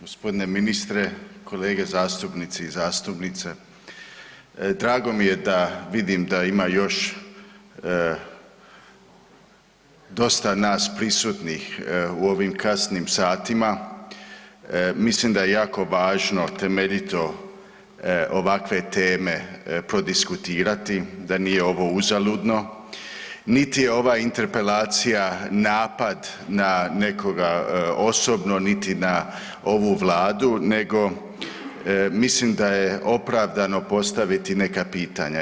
Gospodine ministre, kolege zastupnici i zastupnice, drago mi je da vidim da ima još dosta nas prisutnih u ovim kasnim satima, mislim da je jako važno temeljito ovakve teme prodiskutirati, da nije ovo uzaludno, niti je ova interpelacija na nekoga osobno, niti na ovu Vladu nego mislim da je opravdano postaviti neka pitanja.